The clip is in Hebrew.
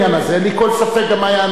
אין לי כל ספק גם מה יענה השר.